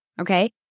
Okay